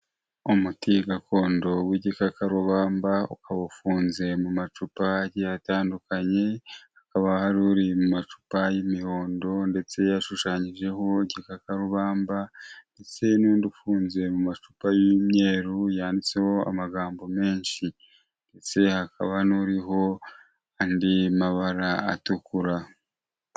Umuti gakondo w'igikakarubamba ukaba ufunze mu macupa agiye atandukanye, hakaba hari uri mu macupa y'imihondo ndetse ashushanyijeho igikakarubamba ndetse n'undi ufunze mu macupa y'imyeru yanditseho amagambo menshi ndetse hakaba n'uriho andi mabara atukura.